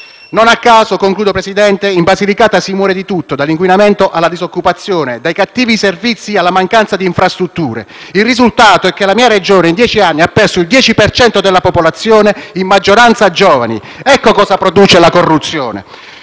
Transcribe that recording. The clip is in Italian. Non a caso, signor Presidente, in Basilicata si muore di tutto, dall'inquinamento alla disoccupazione, dai cattivi servizi alla mancanza di infrastrutture. Il risultato è che la mia Regione, in dieci anni, ha perso il 10 per cento della popolazione, in maggioranza giovani. Ecco cosa produce la corruzione.